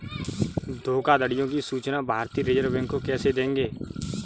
धोखाधड़ियों की सूचना भारतीय रिजर्व बैंक को कैसे देंगे?